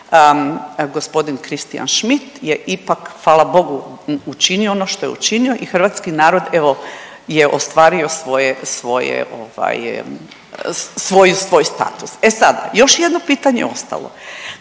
gospodin Christian Schmidt je ipak hvala Bogu učinio ono što je učinio i hrvatski narod evo je ostvario svoje, svoje ovaj svoj status. E sad, još jedno pitanje je ostalo.